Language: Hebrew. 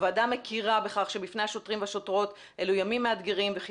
הוועדה מכירה בכך שבפני השוטרים והשוטרות אלו ימים מאתגרים וכי